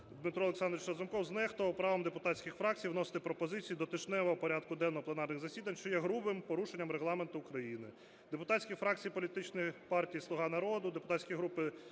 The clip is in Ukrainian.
Дмитро Олександрович Разумков знехтував правом депутатських фракцій вносити пропозиції до тижневого порядку денного пленарних засідань, що є грубим порушенням Регламенту України. Депутатська фракція політичної партії "Слуга народу", депутатські групи